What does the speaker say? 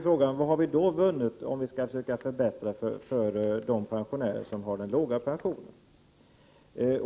Frågan är vad vi då har vunnit, när vi vill försöka förbättra situationen för de pensionärer som har låg pension.